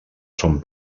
son